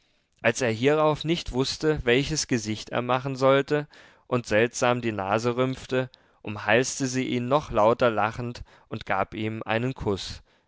als er hierauf nicht wußte welches gesicht er machen sollte und seltsam die nase rümpfte umhalste sie ihn noch lauter lachend und gab ihm einen kuß